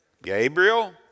Gabriel